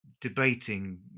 debating